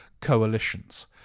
coalitions